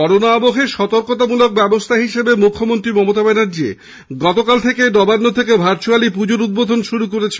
corona আবহে সতকর্তামূলক ব্যবস্হা হিসেবে মুখ্যমন্ত্রী মমতা ব্যানার্জী গতকাল নবান্ন থেকে ভার্চুয়ালী পূজো উদ্বোধন শুরু করেছেন